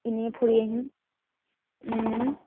এনেই ফুৰি আহিম